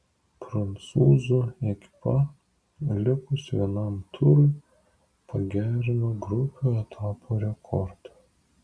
prancūzų ekipa likus vienam turui pagerino grupių etapo rekordą